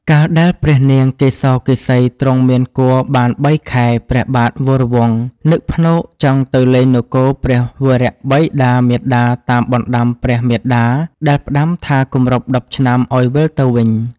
កាលដែលព្រះនាងកេសកេសី ទ្រង់មានគភ៌បាន៣ខែ ព្រះបាទវរវង្ស នឹកភ្នកចង់ទៅលេងនគរព្រះវរបិតាមាតាតាមបណ្តាំព្រះមាតាដែលផ្តាំថាគម្រប់ ១០ឆ្នាំឲ្យវិលទៅវិញ។